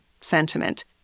sentiment